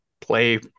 Play